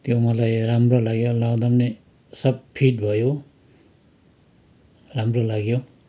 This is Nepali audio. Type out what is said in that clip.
त्यो मलाई राम्रो लाग्यो लाउँदा पनि सब फिट भयो राम्रो लाग्यो